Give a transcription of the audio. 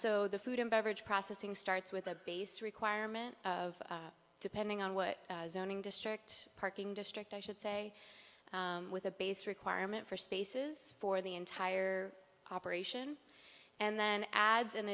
so the food and beverage processing starts with a base requirement of depending on what zoning district parking district i should say with a base requirement for spaces for the entire operation and then adds an